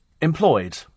employed